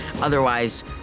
otherwise